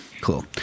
Cool